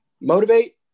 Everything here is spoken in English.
motivate